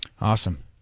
Awesome